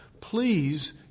Please